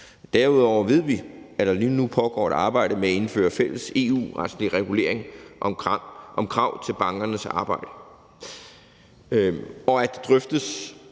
Derudover ved vi, at der lige nu pågår et arbejde med at indføre fælles EU-retslig regulering af krav til bankernes arbejde, og at det drøftes,